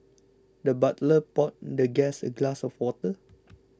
the butler poured the guest a glass of water